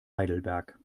heidelberg